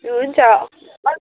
हुन्छ